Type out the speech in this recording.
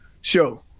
show